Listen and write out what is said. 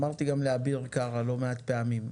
אמרתי גם לאביר קארה לא מעט פעמים,